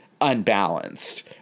unbalanced